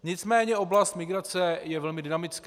Nicméně oblast migrace je velmi dynamická.